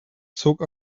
zog